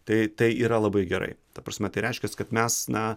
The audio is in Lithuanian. tai tai yra labai gerai ta prasme tai reiškias kad mes na